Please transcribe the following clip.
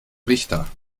richter